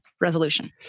resolution